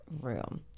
room